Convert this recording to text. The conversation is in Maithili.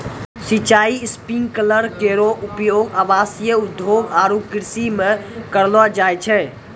सिंचाई स्प्रिंकलर केरो उपयोग आवासीय, औद्योगिक आरु कृषि म करलो जाय छै